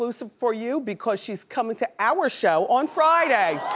so so for you because she's coming to our show on friday.